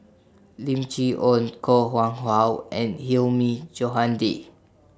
Lim Chee Onn Koh Nguang How and Hilmi Johandi